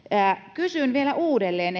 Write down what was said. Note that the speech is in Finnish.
kysyn vielä uudelleen